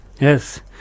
yes